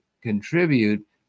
contribute